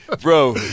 bro